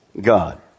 God